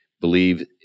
believe